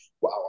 Wow